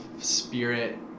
spirit